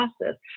process